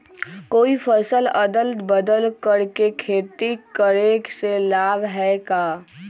कोई फसल अदल बदल कर के खेती करे से लाभ है का?